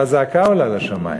והזעקה עולה לשמים.